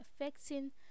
affecting